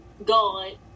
god